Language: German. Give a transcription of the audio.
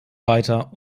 weiter